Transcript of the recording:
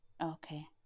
Okay